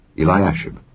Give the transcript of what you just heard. Eliashib